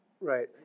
Right